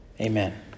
Amen